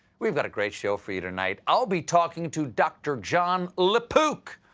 we've got a great show for you tonight. i will be talking to dr. jon lapook.